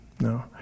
no